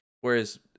whereas